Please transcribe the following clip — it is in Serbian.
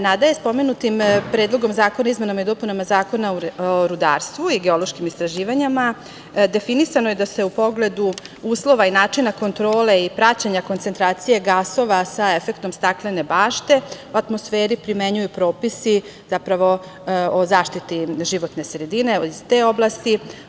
Nadalje, spomenutim Predlogom zakona o izmenama i dopunama Zakona o rudarstvu i geološkim istraživanjima definisano je da se u pogledu uslova i načina kontrole i praćenja koncentracije gasova sa efektom staklene bašte u atmosferi primenjuju propisi, zapravo o zaštiti životne sredine, iz te oblasti.